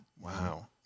Wow